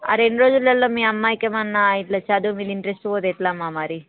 ఆ రెండు రోజులలో మీ అమ్మాయికి ఏమన్న ఇట్ల చదువు మీద ఇంట్రస్ట్ పోతే ఎట్ల అమ్మ మరి